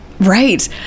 right